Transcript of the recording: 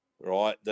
right